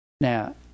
Now